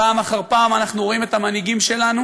פעם אחר פעם אנחנו רואים את המנהיגים שלנו